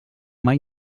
mai